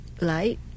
light